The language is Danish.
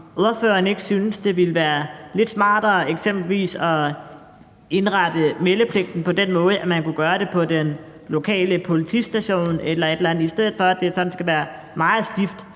om ordføreren ikke synes, det ville være lidt smartere eksempelvis at indrette meldepligten på den måde, at man kunne gøre det på den lokale politistation eller et eller andet, i stedet for at det sådan skal være meget stift